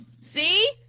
See